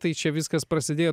tai čia viskas prasidėjo